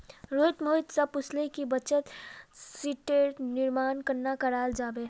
रोहित मोहित स पूछले कि बचत शीटेर निर्माण कन्ना कराल जाबे